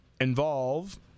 involve